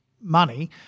money